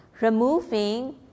Removing